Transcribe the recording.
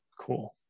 Cool